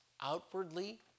outwardly